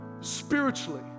Spiritually